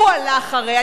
הוא הלך הרי.